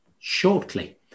shortly